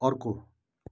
अर्को